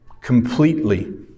completely